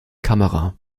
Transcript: kamera